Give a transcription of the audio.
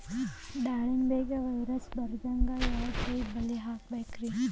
ದಾಳಿಂಬೆಗೆ ವೈರಸ್ ಬರದಂಗ ಯಾವ್ ಟೈಪ್ ಬಲಿ ಹಾಕಬೇಕ್ರಿ?